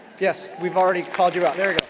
yes. we've already called you out. there